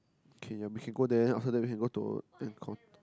okay we can go there then after that we can go to Angkor